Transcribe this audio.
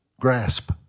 grasp